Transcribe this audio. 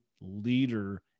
leader